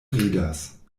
ridas